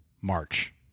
March